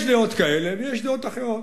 יש דעות כאלה ויש דעות אחרות.